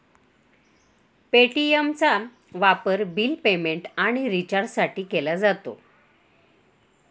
पे.टी.एमचा वापर bill payment आणि रिचार्जसाठी केला जातो